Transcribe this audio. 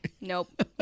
nope